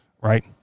Right